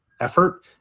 effort